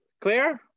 Clear